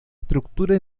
estructura